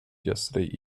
yesterday